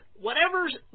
whatever's